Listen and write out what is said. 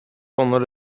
pendant